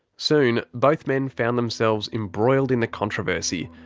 soon both men found themselves embroiled in the controversy.